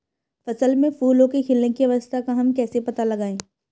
फसल में फूलों के खिलने की अवस्था का हम कैसे पता लगाएं?